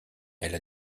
elle